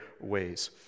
ways